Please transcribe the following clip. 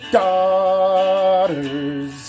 daughters